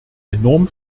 enorm